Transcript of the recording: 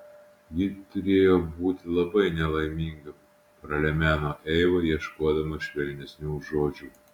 ji turėjo būti labai nelaiminga pralemeno eiva ieškodama švelnesnių žodžių